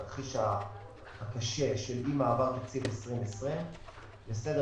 בתרחיש הקשה של אי מעבר תקציב 2020 זה סדר